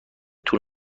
طول